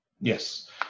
Yes